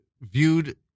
viewed